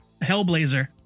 Hellblazer